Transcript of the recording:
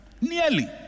Nearly